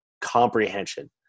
comprehension